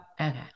Okay